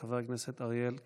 חבר הכנסת אריאל קלנר.